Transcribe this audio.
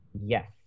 Yes